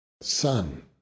Son